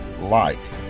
light